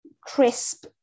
crisp